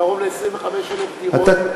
קרוב ל-25,000 דירות,